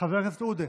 חבר הכנסת עודה,